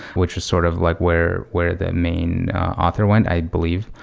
which was sort of like where where the main author went, i believe.